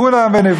לכו נא ונִוָכחה,